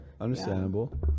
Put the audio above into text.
Understandable